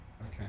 Okay